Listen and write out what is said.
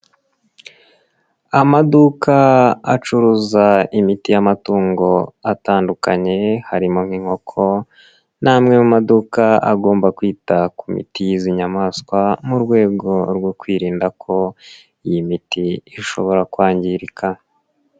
Amaduka acuruza imiti y'amatungo atandukanye harimo nk'inkoko, ni amwe mu maduka agomba kwita ku miti y'izi nyamaswa mu rwego rwo kwirinda ko iyi miti ishobora kwangirika.